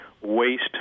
waste